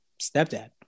stepdad